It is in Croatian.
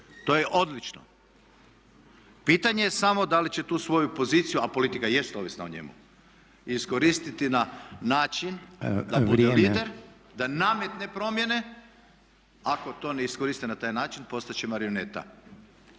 to je odlično. Pitanje je samo da li će tu svoju poziciju, a politika jest ovisna o njemu, iskoristiti na način da bude lider … …/Upadica: Vrijeme./… … da nametne promjene. Ako to ne iskoristi na taj način postati će marioneta.